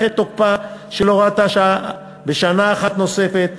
את תוקפה של הוראת השעה בשנה אחת נוספת,